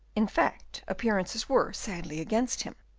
in fact, appearances were sadly against him.